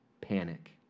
Panic